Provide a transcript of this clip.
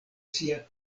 sia